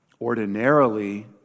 Ordinarily